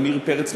עמיר פרץ,